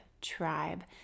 Tribe